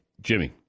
Jimmy